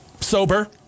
sober